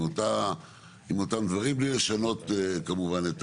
עם אותם דברים בלי לשנות כמובן את